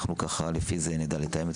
ולפי זה נדע לתאם.